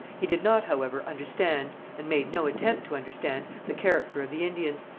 he did not, however, understand, and made no attempt to understand, the character of the indians,